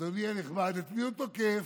אדוני הנכבד, את מי הוא תוקף?